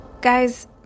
Guys